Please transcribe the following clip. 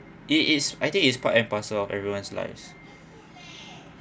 it is I think is part and parcel of everyone's lives